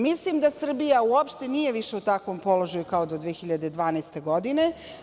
Mislim da Srbija uopšte više nije u takvom položaju kao do 2012. godine.